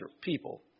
people